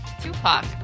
Tupac